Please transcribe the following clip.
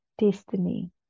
destiny